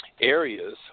areas